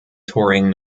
touring